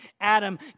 Adam